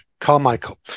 Carmichael